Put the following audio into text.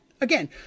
Again